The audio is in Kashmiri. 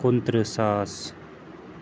کُنہٕ تٕرٛہ ساس